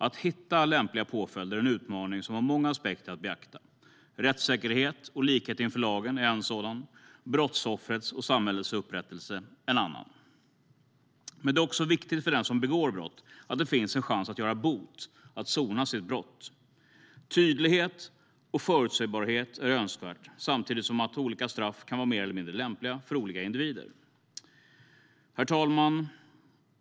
Att hitta lämpliga påföljder är en utmaning där många aspekter måste beaktas. Rättssäkerhet och likhet inför lagen är en sådan, och brottsoffrets och samhällets upprättelse är en annan. Men det är också viktigt för den som begår ett brott att det finns en chans att göra bot, att sona sitt brott. Tydlighet och förutsebarhet är önskvärt, samtidigt som olika straff kan vara mer eller mindre lämpliga för olika individer. Herr talman!